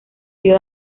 río